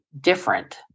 different